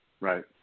Right